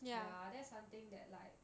ya that's something that like